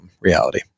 reality